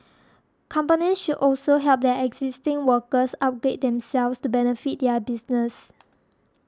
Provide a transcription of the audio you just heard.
companies should also help their existing workers upgrade themselves to benefit their business